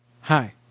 Hi